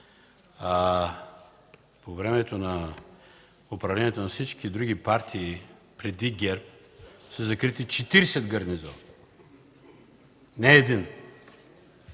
По времето на управлението на всички други партии преди ГЕРБ са закрити 40 гарнизона, не един.